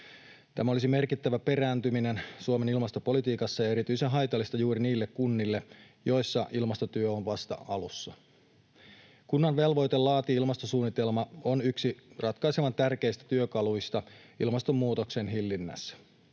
Tämä olisi merkittävä perääntyminen Suomen ilmastopolitiikassa ja erityisen haitallista juuri niille kunnille, joissa ilmastotyö on vasta alussa. Kunnan velvoite laatia ilmastosuunnitelma on yksi ratkaisevan tärkeistä työkaluista ilmastonmuutoksen hillinnässä.